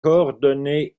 coordonnées